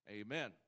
amen